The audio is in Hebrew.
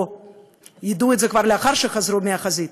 או ידעו את זה כבר לאחר שחזרו מהחזית,